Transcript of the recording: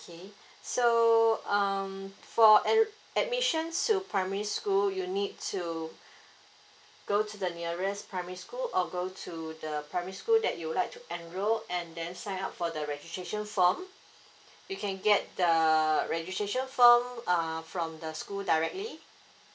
kay~ so um for an admission to primary school so you need to go to the nearest primary school or go to the primary school that you would like to enroll and then sign up for the registration form you can get the registration form err from the school directly